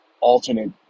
alternate